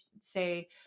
say